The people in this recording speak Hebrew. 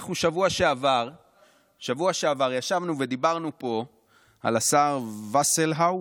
בשבוע שעבר ישבנו ודיברנו פה על השר, וסלהאוף?